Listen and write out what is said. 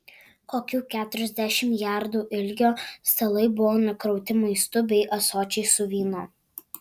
kokių keturiasdešimt jardų ilgio stalai buvo nukrauti maistu bei ąsočiais su vynu